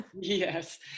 yes